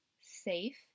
safe